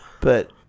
But-